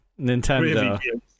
Nintendo